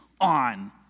on